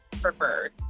preferred